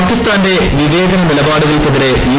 പാകിസ്ഥാന്റെ വിവേചന് നിലപാടുകൾക്കെതിരെ യു